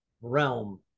realm